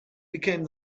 became